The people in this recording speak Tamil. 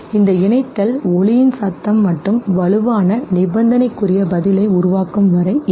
இந்த இணைத்தல் ஒலியின் சத்தம் மட்டும் வலுவான நிபந்தனைக்குரிய பதிலை உருவாக்கும் வரை இருக்கும்